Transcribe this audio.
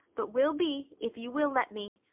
but will be, if you will let me,